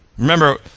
remember